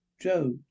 Joe